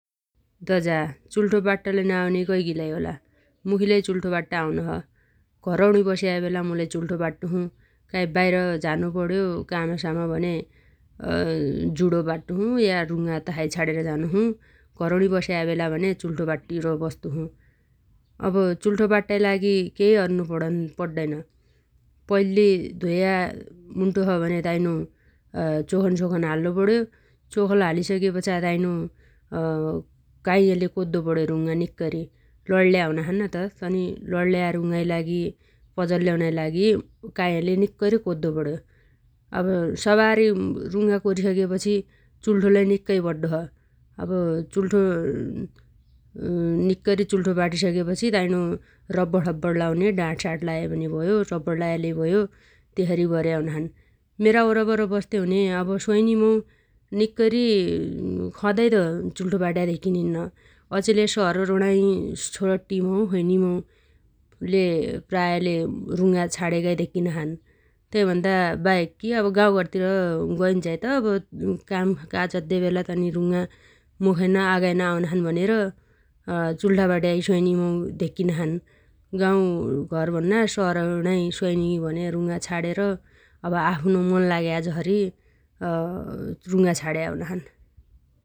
द झा! चुल्ठो बाट्टलै नआउन्या कैगीलाइ होला । मुखीलै चुल्ठो बाट्ट आउनो छ । घरौणी बस्या बेला मुलै चुल्ठो बाट्टोछु । काइ बाइरा झानु पण्यो कामसाम भने जुणो बाट्टो छु या रुङ्गा तसाइ छाडेर झानोछु । घरौणी बस्या बेला भने चुल्ठो बाटेर बस्तो छु । अब चुल्ठो बाट्टाइ लागी केइ अर्नु पड्डैन । पैल्ली धोया मुन्टो छ भने ताइनो चोखन सोखन हाल्लु पण्यो । चोखन हालिसके पछा ताइनो काइयाले कोद्दो पण्यो रुङ्गा निङ्कैरी । लण्ल्या हुनाछन्न त तनी लण्ल्या रुङ्गाइ लागि पजल्याउनाइ लागि काइयाले निक्कैरी कोद्दो पण्यो । अब सबारी रुङ्गा कोरीसगेछि चुल्ठो लै निक्कै पड्डो छ । अब चुल्ठो निक्कैरी चुल्ठो बाटीसगेपछि ताइनो रब्बरसब्बण लाउने डाठसाठ लायापनि भयो रब्बण लाया लै भयो तेसरी गर्या हुनाछन् । मेरा वरपर बस्त्या हुन्या अब स्वाइनी मौ निक्कैरी सदाइ त चुल्ठो बाट्या धेकिनिन्न । अछेल शहरौणाइ छोट्टी मौ स्वाइनी मौले प्रायले रुङ्गा छाडेगाइ धेक्कीनाछन् । तैभन्दा बाहेककी अब गाउँघरतिर गैन्झाइ त अब कामकाज अद्दे बेला तनी रुङ्गा मुखैना आगाइना आउनाछन् भनेर चुल्ठा बाट्याइ स्वाइनी मौ धेक्कीनाछन् । गाउघर भन्ना शहरौणाइ स्वाइनीगी भने रुङ्गा छाणेर अब आफ्नो मन लाग्या जसरी रुङ्गा छाण्या हुनाछन् ।